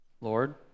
Lord